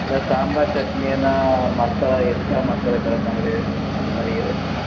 இல்லை சாம்பார் சட்னியெல்லாம் மற்ற எக்ஸ்ட்ரா மசாலா கலப்பாங்களே அது மாதிரி ஏதாச்சும்